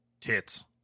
tits